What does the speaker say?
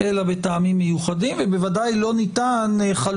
ברשותכם, אני רוצה להשלים שתי